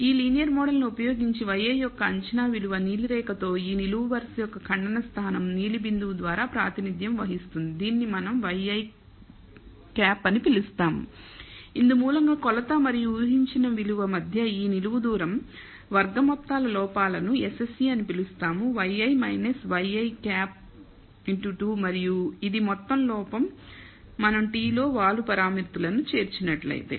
ఈ linear model ను ఉపయోగించి yi యొక్క అంచనా విలువ నీలి రేఖతో ఈ నిలువు వరుస యొక్క ఖండన స్థానం నీలి బిందువు ద్వారా ప్రాతినిధ్యం వహిస్తుంది దీనిని మనం ŷi అని పిలుస్తాము ఇందుమూలంగా కొలత మరియు ఊహించిన విలువ మధ్య ఈ నిలువు దూరం వర్గ మొత్తాల లోపాలను SSE అని పిలుస్తాము yi ŷi2 మరియు ఇది మొత్తం లోపం మనం t లో వాలు పారామితులను చేర్చినట్లయితే